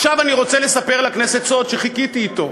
עכשיו אני רוצה לספר לכנסת סוד שחיכיתי אתו,